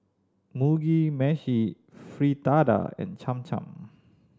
Mugi Meshi Fritada and Cham Cham